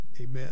amen